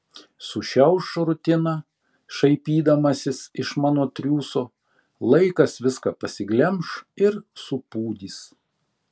sušiauš rutiną šaipydamasis iš mano triūso laikas viską pasiglemš ir supūdys